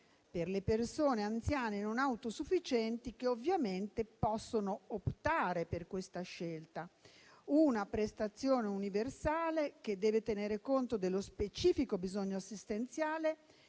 per le persone anziane non autosufficienti che ovviamente possono optare per questa scelta. È una prestazione universale che deve tenere conto dello specifico bisogno assistenziale,